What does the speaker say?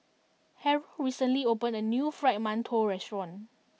Harrold recently opened a new Fried Mantou restaurant